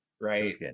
Right